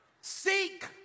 Seek